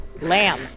Lamb